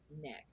neck